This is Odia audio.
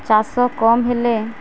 ଚାଷ କମ୍ ହେଲେ